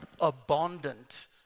abundant